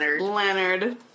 Leonard